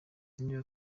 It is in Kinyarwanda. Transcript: niba